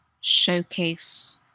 showcase